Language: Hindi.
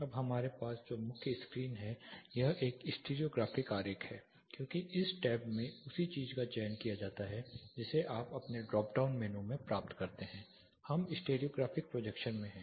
अब हमारे पास जो मुख्य स्क्रीन है यह एक स्टिरियोग्राफिक आरेख है क्योंकि इस टैब से उसी चीज़ का चयन किया जाता है जिसे आप अपने ड्रॉप डाउन में प्राप्त करते हैं हम स्टैरियोग्राफिक प्रोजेक्शन में हैं